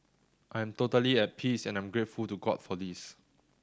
I am totally at peace and I'm grateful to God for this